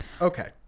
Okay